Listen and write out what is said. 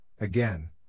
again